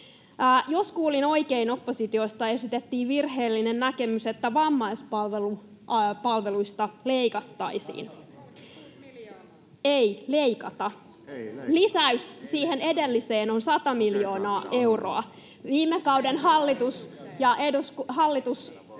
Jos kuulin oikein, oppositiosta esitettiin virheellinen näkemys, että vammaispalveluista leikattaisiin. Ei leikata. [Eduskunnasta: Ei leikata!] Lisäys siihen edelliseen on 100 miljoonaa euroa. Viime kauden hallitus sääti